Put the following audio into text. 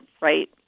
right